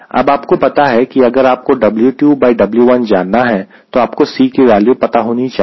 अब आपको पता है कि अगर आपको W2W1 जानना है तो आपको C की वैल्यू पता होनी चाहिए